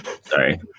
Sorry